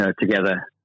together